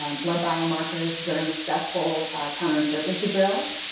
um blood biomarkers during stressful counterinsurgency drills,